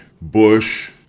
Bush